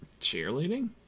Cheerleading